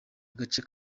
agace